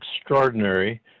extraordinary